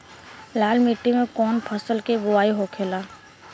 लाल मिट्टी में कौन फसल के बोवाई होखेला?